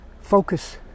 focus